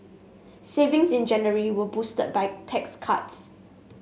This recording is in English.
savings in January were boosted by tax cuts